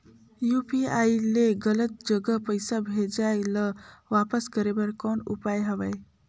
UPI ले गलत जगह पईसा भेजाय ल वापस करे बर कौन उपाय हवय?